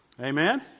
Amen